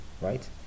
right